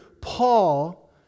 Paul